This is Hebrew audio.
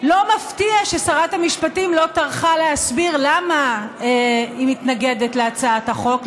לא מפתיע ששרת המשפטים לא טרחה להסביר למה היא מתנגדת להצעת החוק.